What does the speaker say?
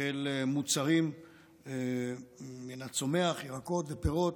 של מוצרים מן הצומח, ירקות ופירות,